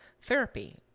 therapy